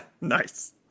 Nice